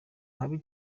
habi